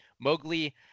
Mowgli